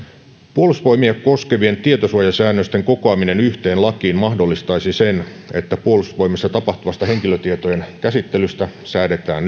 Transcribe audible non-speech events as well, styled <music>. puolustusvoimia koskevien tietosuojasäännösten kokoaminen yhteen lakiin mahdollistaisi sen että puolustusvoimissa tapahtuvasta henkilötietojen käsittelystä säädetään <unintelligible>